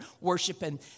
worshiping